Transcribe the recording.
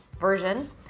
version